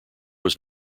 was